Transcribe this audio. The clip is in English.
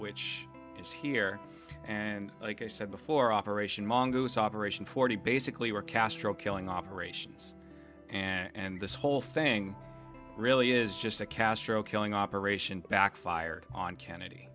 which is here and like i said before operation mongoose operation forty basically were castro killing operations and this whole thing really is just a castro killing operation backfired on kennedy